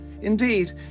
Indeed